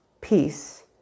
peace